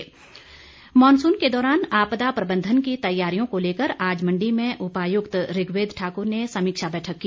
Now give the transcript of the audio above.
आपदा मॉनसून के दौरान आपदा प्रबंधन की तैयारियों को लेकर आज मंडी में उपायुक्त ऋग्वेद ठाकुर ने समीक्षा बैठक की